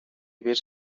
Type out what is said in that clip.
vés